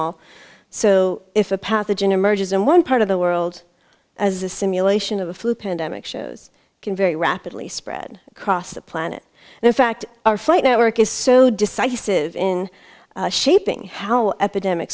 all so if a pathogen emerges in one part of the world as a simulation of a flu pandemic shows can very rapidly spread across the planet and in fact our fight network is so decisive in shaping how epidemic